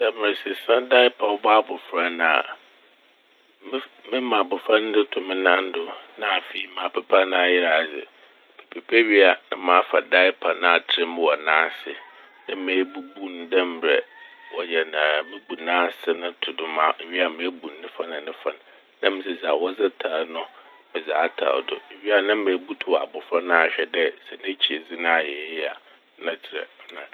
Sɛ meresesa "diaper" a ɔbɔ abofra no a, mef- mema abofra n' dze to me nan do na afei mapepa n'ayɛadze. Mepepa wie a na mafa "diaper" n' atserɛ mu wɔ n'ase na mebubu n' dɛ ma mbrɛ wɔyɛ naa. Mubu n'ase no to do ma- muwie a mebu ne fa na ne fa n' na medze dza wɔdze tar no medze atar do. Mewie a na mebutuw abofra n' ahwɛ dɛ sɛ n'ekyir dze n' ayɛ yie a na tserɛ.